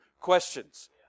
questions